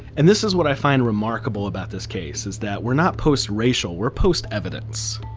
and this is what i find remarkable about this case, is that we're not post-racial, we're post evidence.